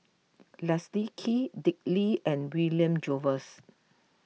Leslie Kee Dick Lee and William Jervois